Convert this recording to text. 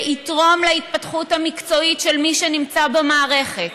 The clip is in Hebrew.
ויתרום להתפתחות המקצועית של מי שנמצא במערכת,